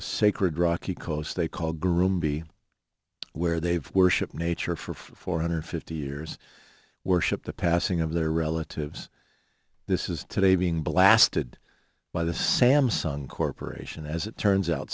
sacred rocky coast they call groom b where they've worshiped nature for four hundred fifty years worship the passing of their relatives this is today being blasted by the samsung corporation as it turns out